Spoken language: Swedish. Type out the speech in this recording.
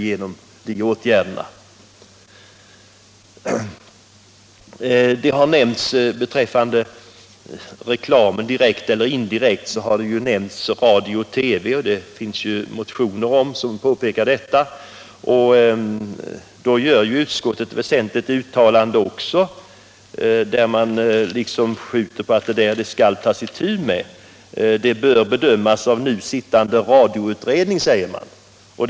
Beträffande reklamen har direkt eller indirekt radio och TV nämnts. Det finns motioner som tar upp den frågan, och skatteutskottet gör även då ett väsentligt uttalande, som går ut på att man skall ta itu med problemet. Frågan ”bör bedömas av nu sittande radioutredning”, säger utskottet.